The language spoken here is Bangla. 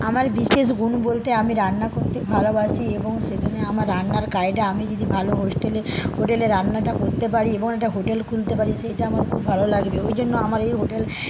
আমার বিশেষ গুণ বলতে আমি রান্না করতে ভালোবাসি এবং সেখানে আমার রান্নার আমি যদি ভালো হোস্টেলে হোটেলে রান্নাটা করতে পারি এবং একটা হোটেল খুলতে পারি সেইটা আমার খুব ভালো লাগবে ওইজন্য আমার এই হোটেল